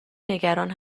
نگران